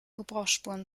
gebrauchsspuren